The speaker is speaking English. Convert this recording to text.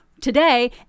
Today